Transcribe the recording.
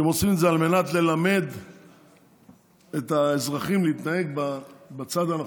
שהם עושים זה על מנת ללמד את האזרחים להתנהג בצד הנכון,